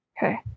Okay